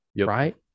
right